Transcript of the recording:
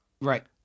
right